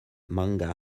manga